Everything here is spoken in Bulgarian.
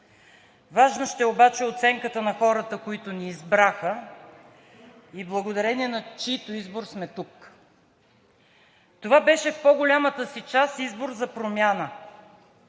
Важна ще е оценката на хората, които ни избраха и благодарение на чиито избор сме тук. Това беше в по-голямата си част избор за промяна,